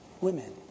women